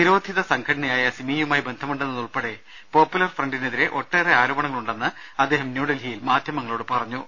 നിരോധിത സംഘടനയായ സിമിയുമായി ബന്ധമുണ്ടെന്നതുൾപ്പെടെ പോപ്പുലർ ഫ്രണ്ടിനെതിരെ ഒട്ടേറെ ആരോപണ ങ്ങൾ ഉണ്ടെന്ന് അദ്ദേഹം ന്യൂഡൽഹിയിൽ മാധ്യമങ്ങളോട് പറഞ്ഞു